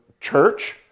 church